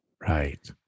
Right